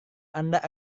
anda